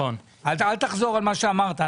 אל תחזור על מה שאמרת.